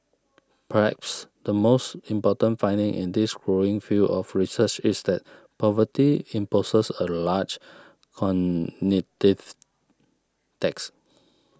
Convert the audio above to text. perhaps the most important finding in this growing field of research is that poverty imposes a large cognitive tax